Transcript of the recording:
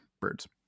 birds